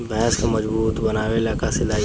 भैंस के मजबूत बनावे ला का खिलाई?